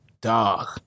Dog